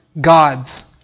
God's